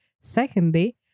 Secondly